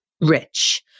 rich